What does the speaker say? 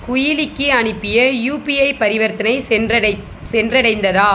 குயிலிக்கு அனுப்பிய யூபிஐ பரிவர்த்தனை சென்றடைந் சென்றடைந்ததா